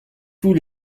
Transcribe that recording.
tous